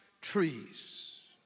trees